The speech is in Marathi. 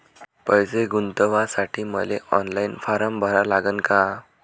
पैसे गुंतवासाठी मले ऑनलाईन फारम भरा लागन का?